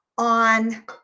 on